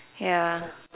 ya